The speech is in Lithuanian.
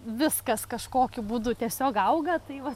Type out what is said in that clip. viskas kažkokiu būdu tiesiog auga tai va